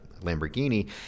Lamborghini